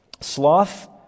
Sloth